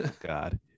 god